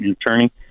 attorney